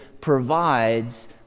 provides